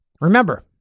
Remember